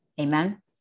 amen